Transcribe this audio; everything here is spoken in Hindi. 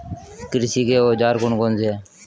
कृषि के औजार कौन कौन से हैं?